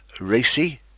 Racy